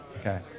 Okay